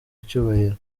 icyubahiro